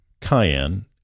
Cayenne